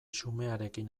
xumearekin